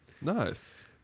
Nice